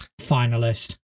finalist